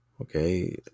Okay